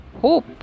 Hope